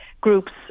groups